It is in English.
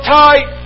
tight